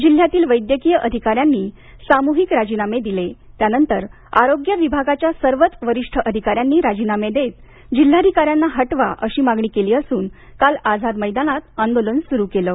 जिल्ह्यातील वैद्यकीय अधिकाऱ्यांनी सामूहिक राजीनामे दिले त्यानंतर आरोग्य विभागाच्या सर्वच वरिष्ठ अधिकाऱ्यांनी राजीनामे देत जिल्हाधिकाऱ्यांना हटवा अशी मागणी केली असून काल आझाद मैदानात आंदोलन सुरू केलं